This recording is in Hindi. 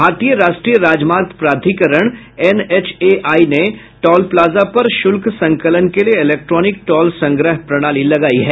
भारतीय राष्ट्रीय राजमार्ग प्राधिकरण एनएचएआई ने टोल प्लाजा पर शुल्क संकलन के लिये इलेक्ट्रोनिक टोल संग्रह प्रणाली लगाई है